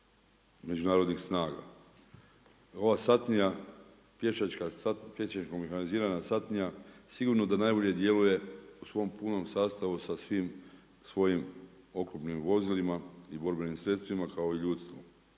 međunarodnih snaga. Ova satnija pješačka, pješačko mehanizirana satnija sigurno da najbolje djeluje u svom punom sastavu sa svim svojim oklopnim vozilima i borbenim sredstvima kao i ljudstvu.